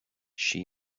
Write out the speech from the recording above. she